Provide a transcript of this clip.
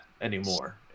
anymore